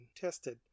tested